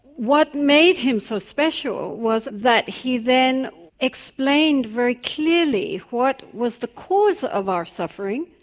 what made him so special was that he then explained very clearly what was the cause of our suffering,